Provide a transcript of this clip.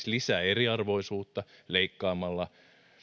lisää eriarvoisuutta leikkaamalla